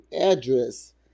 address